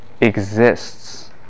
exists